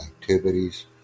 activities